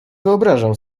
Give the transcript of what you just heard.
wyobrażam